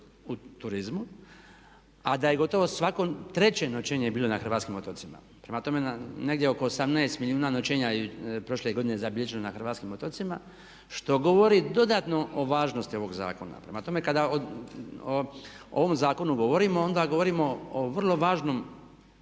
u turizmu a da je gotovo svako 3. noćenje bilo na hrvatskim otocima. Prema tome negdje oko 18 milijuna noćenja je prošle godine zabilježeno na hrvatskim otocima što govori dodatno o važnosti ovog zakona. Prema tome kada o ovom zakonu govorimo onda govorimo o vrlo važnom